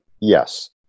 Yes